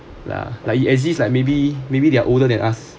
lah like it exist like maybe maybe they are older than us